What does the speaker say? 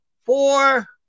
Four